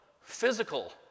physical